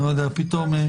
אני לא יודע, פתאום.